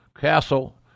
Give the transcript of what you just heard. Castle